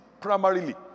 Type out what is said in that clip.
primarily